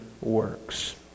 works